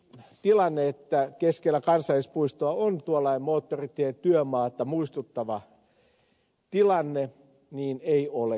tämä tilanne että keskellä kansallispuistoa on tuollainen moottoritietyömaata muistuttava tilanne ei ole kestävä